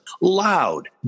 loud